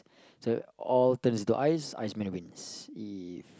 so all turns into ice iceman wins if